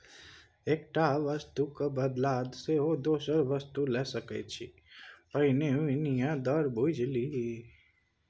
एकटा वस्तुक क बदला सेहो दोसर वस्तु लए सकैत छी पहिने विनिमय दर बुझि ले